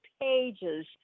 pages